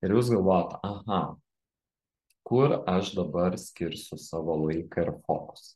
ir jūs galvojat aha kur aš dabar skirsiu savo laiką ir fokusą